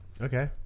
Okay